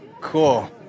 Cool